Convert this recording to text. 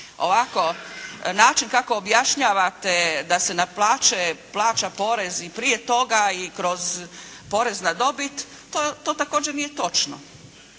ovako način kako objašnjavate da se na plaće plaća porez i prije toga i kroz porez na dobit to također nije točno.